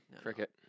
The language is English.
Cricket